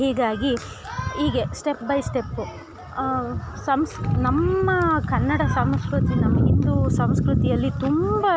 ಹೀಗಾಗಿ ಹೀಗೆ step by step ಸಂಸ್ ನಮ್ಮ ಕನ್ನಡ ಸಂಸ್ಕೃತಿ ನಮ್ಮ ಹಿಂದೂ ಸಂಸ್ಕೃತಿಯಲ್ಲಿ ತುಂಬ